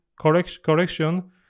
correction